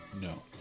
No